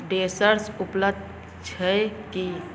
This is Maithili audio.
डेसर्ट उपलब्ध छै की